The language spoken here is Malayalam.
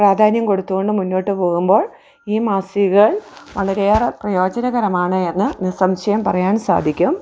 പ്രാധാന്യം കൊടുത്തു കൊണ്ട് മുന്നോട്ട് പോകുമ്പോൾ ഈ മാസികൾ വളരെയേറെ പ്രയോജനകരമാണ് എന്ന് നിസ്സംശയം പറയാൻ സാധിക്കും